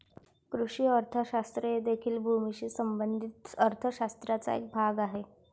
कृषी अर्थशास्त्र हे देखील भूमीशी संबंधित अर्थ शास्त्राचा एक भाग आहे